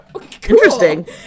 interesting